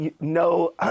no